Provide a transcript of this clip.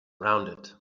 rounded